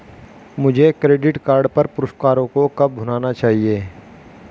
मुझे credit card पर पुरस्कारों को कब भुनाना चाहिए?